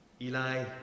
Eli